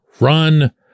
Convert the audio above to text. run